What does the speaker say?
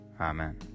Amen